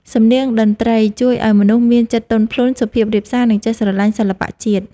សំនៀងតន្ត្រីជួយឱ្យមនុស្សមានចិត្តទន់ភ្លន់ សុភាពរាបសារ និងចេះស្រឡាញ់សិល្បៈជាតិ។